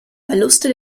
verluste